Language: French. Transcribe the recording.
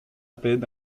peine